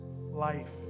Life